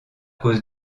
cause